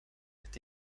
este